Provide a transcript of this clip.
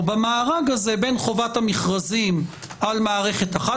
או במארג הזה בין חובת המכרזים על מערכת אחת